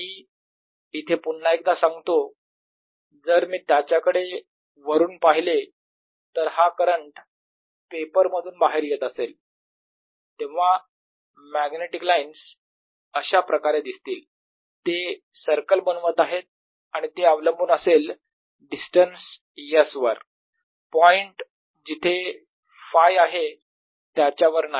मी इथे पुन्हा एकदा सांगतो जर मी त्याच्याकडे वरून पाहिले तर हा करंट पेपर मधून बाहेर येत असेल तेव्हा मॅग्नेटिक लाईन्स अशाप्रकारे दिसतील ते सर्कल बनवत आहेत आणि ते अवलंबून असेल डिस्टन्स s वर पॉईंट जिथे Φ आहे त्याच्यावर नाही